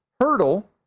Hurdle